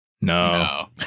no